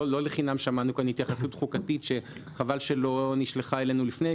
לא לחינם שמענו כאן התייחסות חוקתית שחבל שלא נשלחה אלינו לפני,